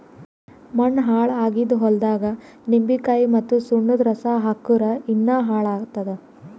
ಮಣ್ಣ ಹಾಳ್ ಆಗಿದ್ ಹೊಲ್ದಾಗ್ ನಿಂಬಿಕಾಯಿ ಮತ್ತ್ ಸುಣ್ಣದ್ ರಸಾ ಹಾಕ್ಕುರ್ ಇನ್ನಾ ಹಾಳ್ ಆತ್ತದ್